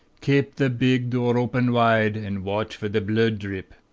kape the big dhoor open whide, an' watch for the bhlood-dhrip.